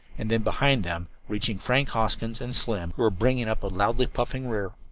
and then behind them, reaching frank hoskins and slim, who were bringing up a loudly puffing rear.